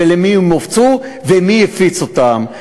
למי הם הופצו ומי הפיץ אותם,